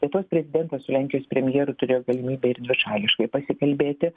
lietuvos prezidentas su lenkijos premjeru turėjo galimybę ir dvišališkai pasikalbėti